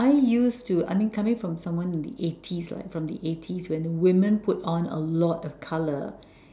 I used to I mean coming from someone in the eighties like from the eighties when women put on a lot of colour